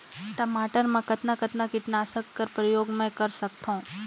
टमाटर म कतना कतना कीटनाशक कर प्रयोग मै कर सकथव?